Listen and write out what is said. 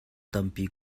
tampi